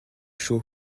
chaud